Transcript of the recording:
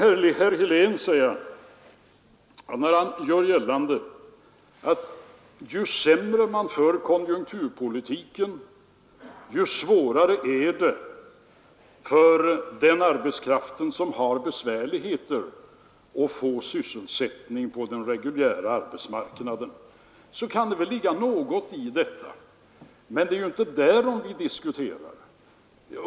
Sedan kan det ligga någonting i vad herr Helén sade, att ju sämre konjunkturpolitik man bedriver, desto svårare blir det för den arbetskraft som har besvärligheter med att få sysselsättning på den reguljära marknaden. Men det är inte om det vi diskuterar.